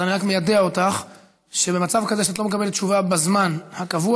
אז אני רק מיידע אותך שבמצב כזה שאת לא מקבלת תשובה בזמן הקבוע,